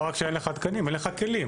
לא רק שאין לך תקנים, אין לך כלים.